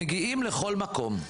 מגיעים לכל מקום.